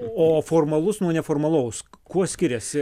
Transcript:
o formalus nuo neformalaus kuo skiriasi